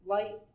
Light